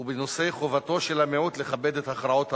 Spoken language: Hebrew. ובנושא חובתו של המיעוט לכבד את הכרעות הרוב,